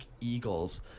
Eagles